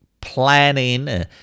planning